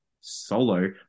solo